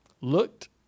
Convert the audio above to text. looked